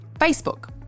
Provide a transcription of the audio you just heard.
Facebook